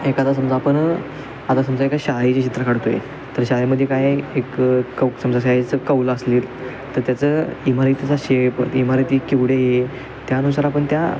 एखादा समजा आपण आता समजा एका शाळेची चित्र काढतो आहे तर शाळेमध्ये काय एक कौ समजा शाळेचं कौल असले तर त्याचं इमारतीचा शेप इमारीती केवढी आहे त्यानुसार आपण त्या